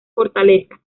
fortaleza